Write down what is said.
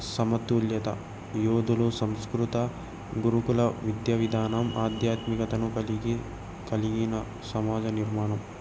సమతుల్యత యోధులు సంస్కృత గురుకుల విద్య విధానం ఆధ్యాత్మికతను కలిగి కలిగిన సమాజ నిర్మాణం